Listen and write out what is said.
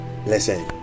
listen